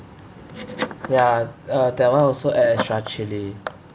ya uh that one also add extra chilli